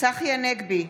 צחי הנגבי,